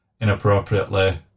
inappropriately